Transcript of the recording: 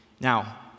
Now